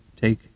take